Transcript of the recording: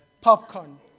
popcorn